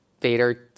Vader